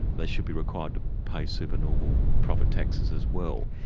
they should be required to pay super-normal profit taxes as well.